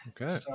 Okay